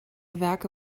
werke